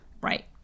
right